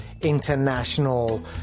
international